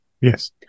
Yes